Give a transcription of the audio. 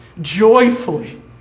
joyfully